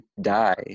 die